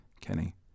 Kenny